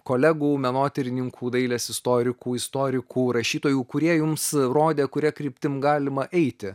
kolegų menotyrininkų dailės istorikų istorikų rašytojų kurie jums rodė kuria kryptim galima eiti